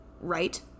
right